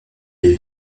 les